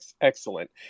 Excellent